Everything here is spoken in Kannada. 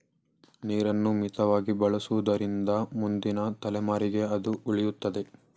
ನೀರನ್ನು ಮಿತವಾಗಿ ಬಳಸುವುದರಿಂದ ಮುಂದಿನ ತಲೆಮಾರಿಗೆ ಅದು ಉಳಿಯುತ್ತದೆ